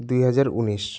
দুই হাজার উনিশ